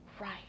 right